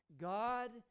God